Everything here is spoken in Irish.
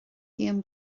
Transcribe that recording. guím